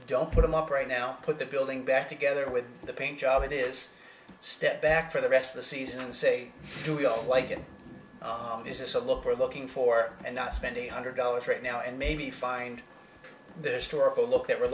don't put them up right now put the building back together with the paint job it is step back for the rest of the season and say do we all like it is this a look we're looking for and not spending a hundred dollars right now and maybe find the historical look that